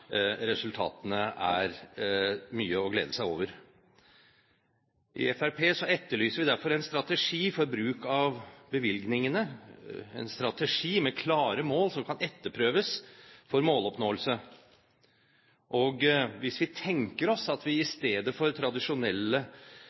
resultatene er mye å glede seg over. I Fremskrittspartiet etterlyser vi derfor en strategi for bruk av bevilgningene, en strategi med klare mål, som kan etterprøves for måloppnåelse. Og hvis vi tenker oss at vi i stedet for tradisjonelle